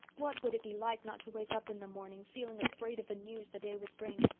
what would it be like not to wake up in the morning feeling afraid of the news the day would bring?